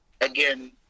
again